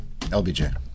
LBJ